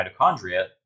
mitochondria